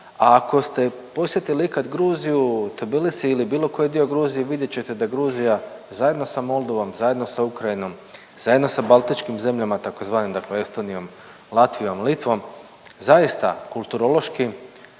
A ako ste posjetili ikad Gruziju, Tbilisi ili bilo koji dio Gruzije vidjet ćete da je Gruzija zajedno sa Moldovom, zajedno sa Ukrajinom, zajedno sa baltičkim zemljama tzv. dakle Estonijom, Latvijom, Litvom zaista kulturološki,